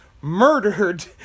murdered